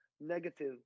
negative